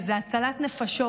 זו הצלת נפשות.